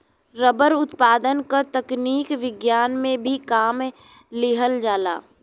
rubber उत्पादन क तकनीक विज्ञान में भी काम लिहल जाला